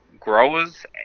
growers